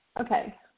okay